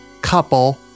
couple